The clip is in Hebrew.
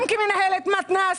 גם כמנהלת מתנ"ס,